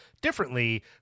differently